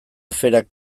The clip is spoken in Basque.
aferak